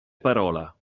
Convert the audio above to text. parola